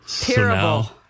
terrible